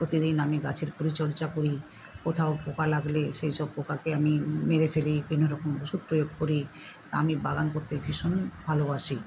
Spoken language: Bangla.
প্রতিদিন আমি গাছের পরিচর্যা করি কোথাও পোকা লাগলে সেই সব পোকাকে আমি মেরে ফেলি বিভিন্ন রকম ওষুধ প্রয়োগ করি আমি বাগান করতে ভীষণ ভালোবাসি